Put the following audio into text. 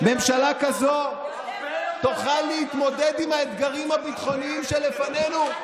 ממשלה כזאת תוכל להתמודד עם האתגרים הביטחוניים שלפנינו?